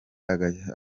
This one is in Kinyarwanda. aganiriza